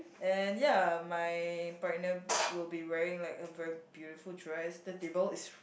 and ya my partner will be wearing like a very beautiful dress the table is